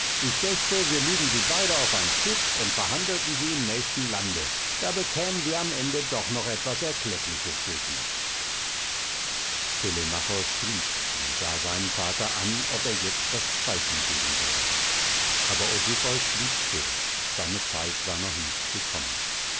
ich dächte wir lüden sie beide auf ein schiff und verhandelten sie im nächsten lande da bekämen wir am ende doch noch etwas erkleckliches für sie telemachos schwieg und sah seinen vater an ob er jetzt das zeichen geben würde aber odysseus blieb still seine zeit war noch nicht gekommen